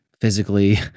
physically